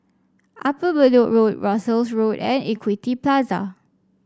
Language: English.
Upper Bedok Road Russels Road and Equity Plaza